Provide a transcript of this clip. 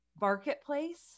marketplace